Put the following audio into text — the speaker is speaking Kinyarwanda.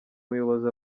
muyobozi